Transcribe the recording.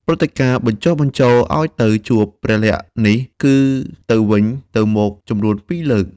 ព្រឹត្តិការណ៍បញ្ចុះបញ្ចូលឱ្យទៅជួបព្រះលក្សណ៍នេះគឺទៅវិញទៅមកចំនួន ពីរលើក។